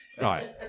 right